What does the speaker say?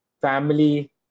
family